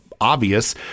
obvious